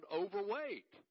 overweight